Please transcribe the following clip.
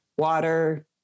water